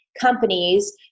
companies